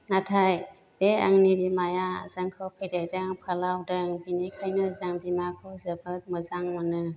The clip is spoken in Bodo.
नाथाय बे आंनि बिमाया जोंखौ फेदेरदों फोलावदों बिनिखायनो जों बिमाखौ जोबोद मोजां मोनो